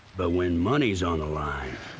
but when money's on the like